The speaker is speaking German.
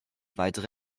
weitere